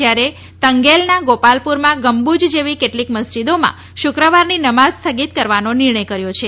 જ્યારે તંગૈલના ગોપાલપુરમાં ગમ્બુજ જેવી કેટલીક મસ્જિદોમાં શુક્રવારની નમાઝ સ્થગિત કરવાનો નિર્ણય કર્યો છે